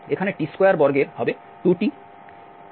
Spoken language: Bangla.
এখানে t2বর্গের হবে 2t